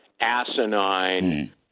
asinine